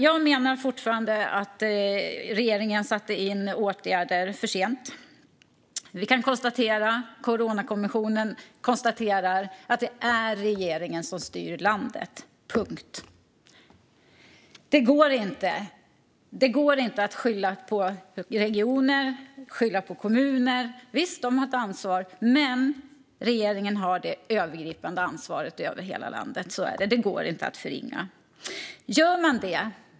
Jag menar fortfarande att regeringen satte in åtgärder för sent. Precis som Coronakommissionen kan vi konstatera att det är regeringen som styr landet - punkt. Det går inte att skylla på regioner och kommuner. Visst har de ett ansvar, men regeringen har det övergripande ansvaret för hela landet. Så är det; det går inte att förringa.